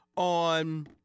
On